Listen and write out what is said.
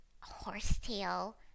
horsetail